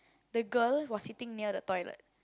the girl was sitting near the toilet